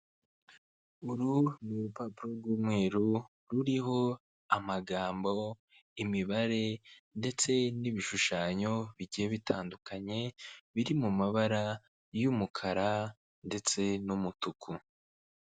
Uru ni urupapuro rw'umweru ruriho amagambo, imibare ndetse n'ibishushanyo bigiye bitandukanye biri mu mabara y'umukara ndetse n'umutuku.